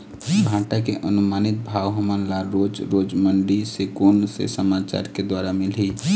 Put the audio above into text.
भांटा के अनुमानित भाव हमन ला रोज रोज मंडी से कोन से समाचार के द्वारा मिलही?